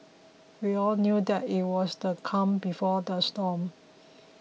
we all knew that it was the calm before the storm